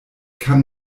kann